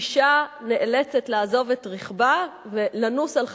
אשה נאלצת לעזוב את רכבה ולנוס על חייה,